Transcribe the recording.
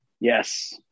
Yes